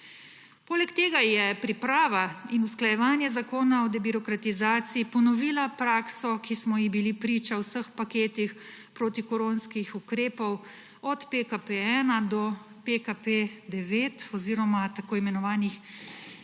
Poleg tega je priprava in usklajevanje zakona o debirokratizaciji ponovila prakso, ki smo ji bili priča v vseh paketih protikoronskih ukrepov, od PKP 1 do PKP 9 oziroma tako imenovanih